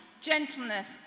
gentleness